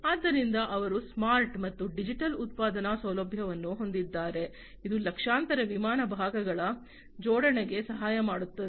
ಆದ್ದರಿಂದ ಅವರು ಸ್ಮಾರ್ಟ್ ಮತ್ತು ಡಿಜಿಟಲ್ ಉತ್ಪಾದನಾ ಸೌಲಭ್ಯವನ್ನು ಹೊಂದಿದ್ದಾರೆ ಇದು ಲಕ್ಷಾಂತರ ವಿಮಾನ ಭಾಗಗಳ ಜೋಡಣೆಗೆ ಸಹಾಯ ಮಾಡುತ್ತದೆ